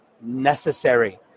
necessary